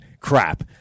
Crap